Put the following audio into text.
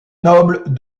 nobles